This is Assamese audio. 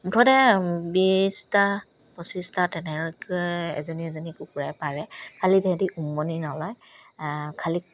মুঠতে বিছটা পঁচিছটা তেনেকে এজনী এজনী কুকুৰাই পাৰে খালি তেহেতি উমনি নলয় খালি